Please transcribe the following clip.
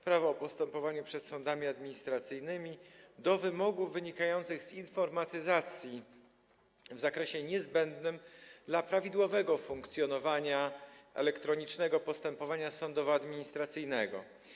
Prawo o postępowaniu przed sądami administracyjnymi do wymogów wynikających z informatyzacji w zakresie niezbędnym dla prawidłowego funkcjonowania elektronicznego postępowania sądowoadministracyjnego.